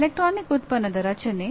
electronic ಉತ್ಪನ್ನದ ರಚನೆ